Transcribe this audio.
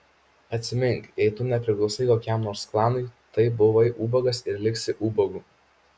atsimink jei tu nepriklausai kokiam nors klanui tai buvai ubagas ir liksi ubagu